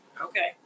okay